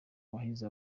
wahize